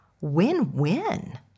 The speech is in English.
Win-win